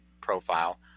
profile